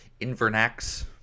invernax